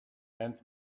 and